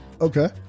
Okay